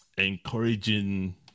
encouraging